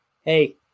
hey